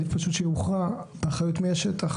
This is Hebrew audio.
עדיף פשוט שיוכרע אחריות מי השטח,